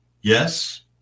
yes